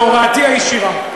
בהוראתי הישירה,